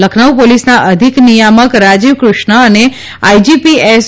લખનઉ પોલીસના અધિક નિયામક રાજીવ કૃષ્ણ અને આઇજીપી એસ